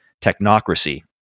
technocracy